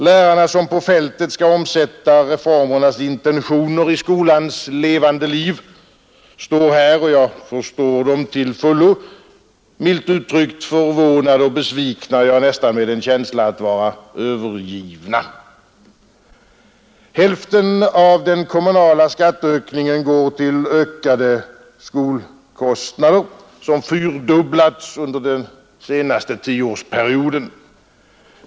Lärarna som på fältet skall omsätta reformernas intentioner i skolans levande liv står här, och jag förstår dem till fullo, milt uttryckt förvånade och besvikna, ja nästan med en känsla av att vara övergivna. Hälften av den kommunala skatteökningen går till ökade skolkostnader som fyrdubblats under den senaste tioårsperioden.